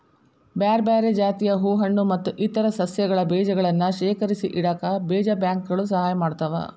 ಬ್ಯಾರ್ಬ್ಯಾರೇ ಜಾತಿಯ ಹೂ ಹಣ್ಣು ಮತ್ತ್ ಇತರ ಸಸಿಗಳ ಬೇಜಗಳನ್ನ ಶೇಖರಿಸಿಇಡಾಕ ಬೇಜ ಬ್ಯಾಂಕ್ ಗಳು ಸಹಾಯ ಮಾಡ್ತಾವ